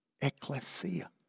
ecclesia